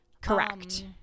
Correct